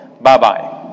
Bye-bye